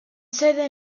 sede